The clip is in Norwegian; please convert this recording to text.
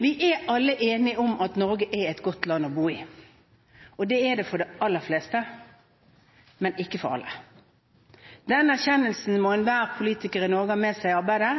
Vi er alle enige om at Norge er et godt land å bo i, og det er det for de aller fleste, men ikke for alle. Den erkjennelsen må enhver politiker i Norge ha med seg i arbeidet,